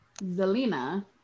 Zelina